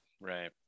Right